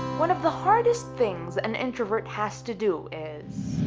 one of the hardest things an introvert has to do is